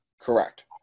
Correct